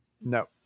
No